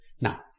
Now